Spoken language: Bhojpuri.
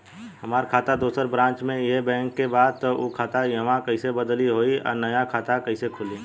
हमार खाता दोसर ब्रांच में इहे बैंक के बा त उ खाता इहवा कइसे बदली होई आ नया खाता कइसे खुली?